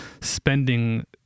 spending